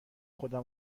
خودم